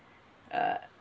uh